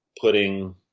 putting